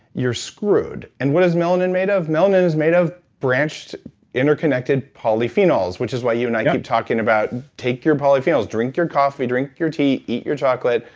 you're screwed. and what is melanin made off? melanin is made of branched interconnected polyphenols, which is why you and i keep talking about take your polyphenols, drink your coffee, drink your tea, your chocolate.